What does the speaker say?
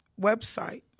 website